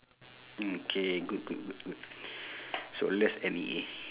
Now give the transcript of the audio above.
mm K good good good good so less N_E_A